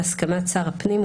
בהסכמת שר הפנים,